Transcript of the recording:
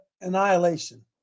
annihilation